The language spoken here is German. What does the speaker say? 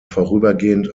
vorübergehend